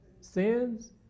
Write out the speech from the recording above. sins